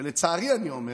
לצערי אני אומר,